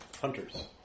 Hunters